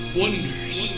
wonders